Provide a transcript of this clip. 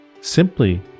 simply